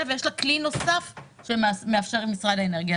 ויש לה כלי נוסף שמאפשר משרד האנרגיה.